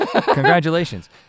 congratulations